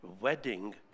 wedding